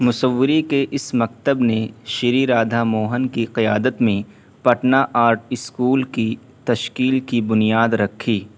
مصوری کے اس مکتب نے شری رادھا موہن کی قیادت میں پٹنہ آرٹ اسکول کی تشکیل کی بنیاد رکھی